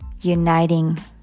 uniting